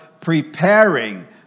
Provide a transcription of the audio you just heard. preparing